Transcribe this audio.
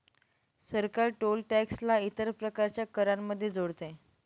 सरकार toll tax ला इतर प्रकारच्या करांमध्ये जोडते